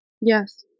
Yes